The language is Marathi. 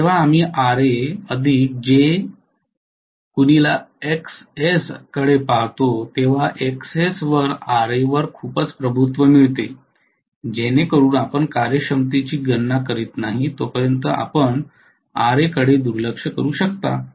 म्हणून जेव्हा आम्ही Ra jXs कडे पहात असतो तेव्हा Xs वर Ra वर खूपच प्रभुत्व मिळते जेणेकरून आपण कार्यक्षमतेची गणना करत नाही तोपर्यंत आपण Ra कडे दुर्लक्ष करू शकता